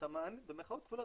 במרכאות כפולות,